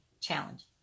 challenge